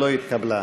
לא התקבלה.